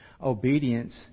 obedience